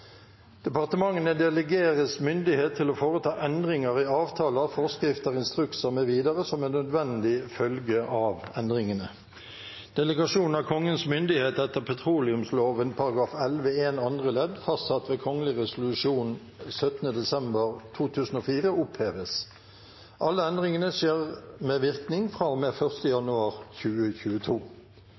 Departementene delegeres myndighet til å foreta endringer i avtaler, forskrifter, instrukser mv. som er en nødvendig følge av endringene. Delegasjon av Kongens myndighet etter petroleumsloven § 11-1 andre ledd, fastsatt ved kongelig resolusjon 17. desember 2004, oppheves. Alle endringene skjer med virkning fra og med 1. januar 2022.»